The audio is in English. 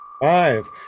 five